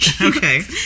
okay